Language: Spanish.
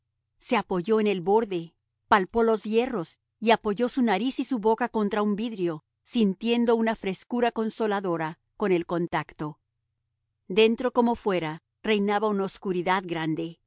se apoyó en el borde palpó los hierros y apoyó su nariz y su boca contra un vidrio sintiendo una frescura consoladora con el contacto dentro como fuera reinaba una obscuridad grande